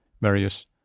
various